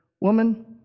woman